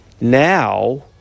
now